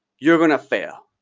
you're going to fail.